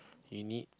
you need